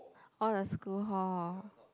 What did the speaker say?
all the school hall